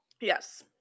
Yes